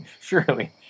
Surely